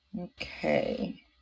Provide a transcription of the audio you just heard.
okay